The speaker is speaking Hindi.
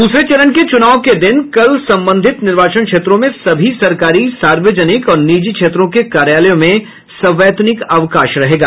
द्रसरे चरण के चूनाव के दिन कल संबंधित निर्वाचन क्षेत्रों में सभी सरकारी सार्वजनिक और निजी क्षेत्रों के कार्यालयों में सवैतनिक अवकाश रहेगा